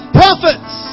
prophets